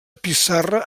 pissarra